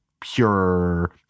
pure